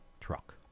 truck